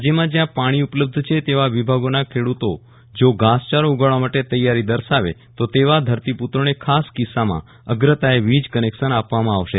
રાજ્યમાં જ્યાં પાણી ઉપલબ્ધ છે તેવા વિભાગોના ખેડૂતો જો ઘાસચારો ઉગાડવા માટે તૈયારી દર્શાવે તો તેવા ધરતીપુત્રોને ખાસ કિસ્સામાં અગ્રતાએ વીજ કનેકશન આપવામાં આવશે